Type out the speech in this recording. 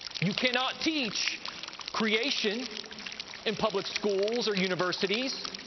you cannot teach creation in public schools or universities,